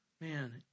Man